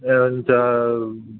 एवञ्च